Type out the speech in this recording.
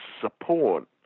support